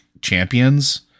champions